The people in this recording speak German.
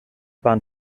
waren